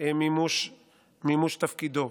מימוש תפקידו.